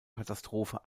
katastrophe